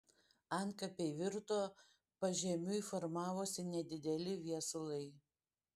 antkapiai virto pažemiui formavosi nedideli viesulai